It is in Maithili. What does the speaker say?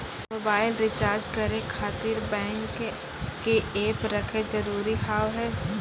मोबाइल रिचार्ज करे खातिर बैंक के ऐप रखे जरूरी हाव है?